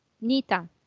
Nita